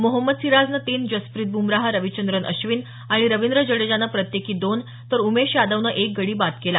मोहम्मद सिराजनं तीन जसप्रित ब्रमराह रविचंद्रन अश्विन आणि रविंद्र जडेजानं प्रत्येकी दोन तर उमेश यादवनं एक गडी बाद केला